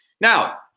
Now